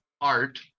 art